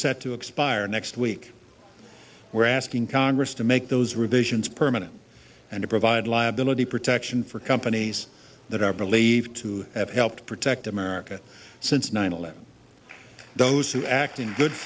set to expire next week we're asking congress to make those revisions permanent and to provide liability protection for companies that are believed to have helped protect america since nine eleven those who act in good